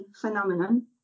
phenomenon